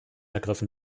ergriffen